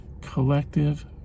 Collective